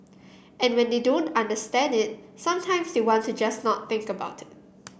and when they don't understand it sometimes they want to just not think about it